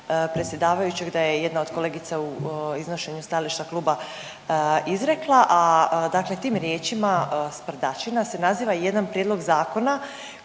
predsjedavajućeg da je jedna od kolegica u iznošenju stajališta kluba izrekla, a dakle tim riječima „sprdačina“ se naziva jedan prijedlog zakona